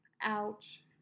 Ouch